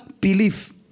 belief